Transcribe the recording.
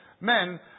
men